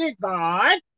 God